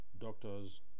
doctors